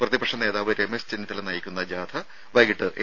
പ്രതിപക്ഷനേതാവ് രമേശ് ചെന്നിത്തല നയിക്കുന്ന ജാഥ വൈകിട്ട് എ